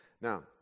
Now